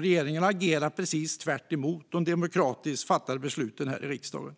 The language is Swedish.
Regeringen agerar alltså precis tvärtemot de beslut som fattats demokratiskt här i riksdagen.